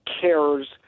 cares